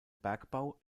bergbau